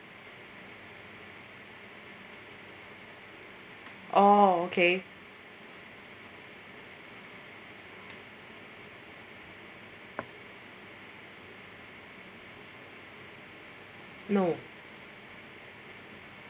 oh okay no